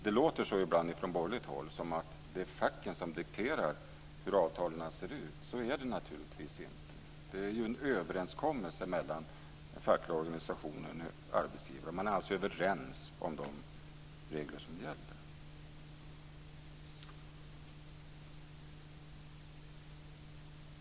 Det låter ibland från borgerligt håll som att det är facket som dikterar hur avtalen ser ut. Så är det naturligtvis inte. Det är en överenskommelse mellan en facklig organisation och en arbetsgivare. Man är alltså överens om de regler som gäller.